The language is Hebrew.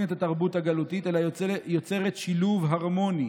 את התרבות הגלותית אלא יוצרת שילוב הרמוני